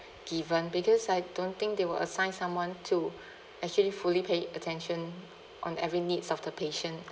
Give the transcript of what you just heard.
given because I don't think they will assign someone to actually fully pay attention on every needs of the patient